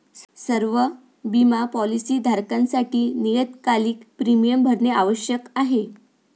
सर्व बिमा पॉलीसी धारकांसाठी नियतकालिक प्रीमियम भरणे आवश्यक आहे